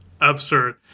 absurd